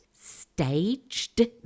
staged